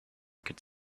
could